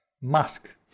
mask